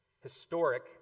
historic